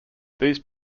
these